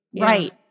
right